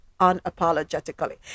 unapologetically